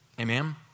Amen